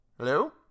Hello